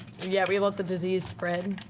yeah, we let the disease spread?